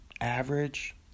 Average